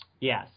Yes